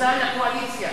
תבוסה לקואליציה.